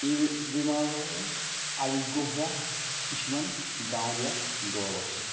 এই বেমাৰৰ আৰোগ্য হোৱা কিছুমান গাঁৱলীয়া দৰৱ আছে